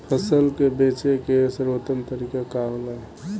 फसल के बेचे के सर्वोत्तम तरीका का होला?